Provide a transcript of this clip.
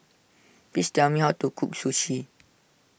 please tell me how to cook Sushi